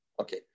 Okay